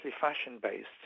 fashion-based